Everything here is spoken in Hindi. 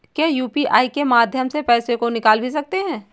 क्या यू.पी.आई के माध्यम से पैसे को निकाल भी सकते हैं?